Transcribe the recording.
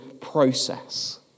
process